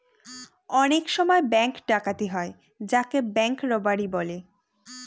অনেক সময় ব্যাঙ্ক ডাকাতি হয় যাকে ব্যাঙ্ক রোবাড়ি বলে